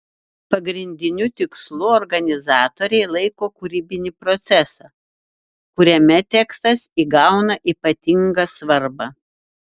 pagrindiniu tikslu organizatoriai laiko kūrybinį procesą kuriame tekstas įgauna ypatingą svarbą